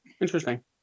Interesting